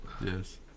Yes